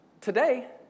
today